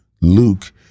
Luke